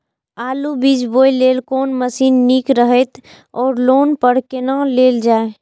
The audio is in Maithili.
आलु बीज बोय लेल कोन मशीन निक रहैत ओर लोन पर केना लेल जाय?